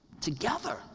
together